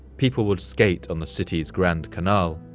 people would skate on the city's grand canal.